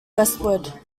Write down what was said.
westward